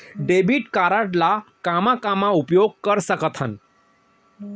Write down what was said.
Debit card ला कामा कामा उपयोग कर सकथन?